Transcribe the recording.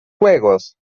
juegos